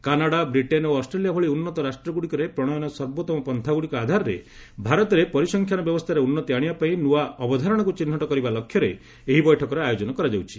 Canada Britain ଓ Australia ଭଳି ଉନ୍ନତ ରାଷ୍ଟ୍ରଗୁଡ଼ିକରେ ପ୍ରଣୟନ ସର୍ବୋଉମ ପନ୍ଥାଗୁଡ଼ିକ ଆଧାରରେ ଭାରତରେ ପରିସଂଖ୍ୟାନ ବ୍ୟବସ୍ଥାରେ ଉନ୍ନତି ଆଶିବାପାଇଁ ନୂଆ ଅବଧାରଣାକୁ ଚିହ୍ନଟ କରିବା ଲକ୍ଷ୍ୟରେ ଏହି ବୈଠକର ଆୟୋଜନ କରାଯାଉଛି